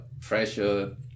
pressure